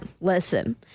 listen